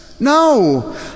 No